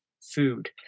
food